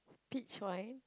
peach wine